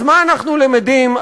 אז מה אנחנו למדים,